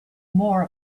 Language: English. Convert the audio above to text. more